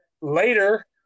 later